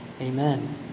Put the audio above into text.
Amen